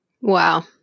Wow